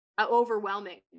overwhelming